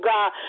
God